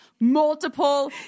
multiple